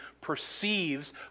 perceives